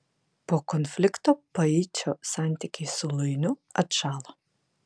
po konflikto paičio santykiai su luiniu atšalo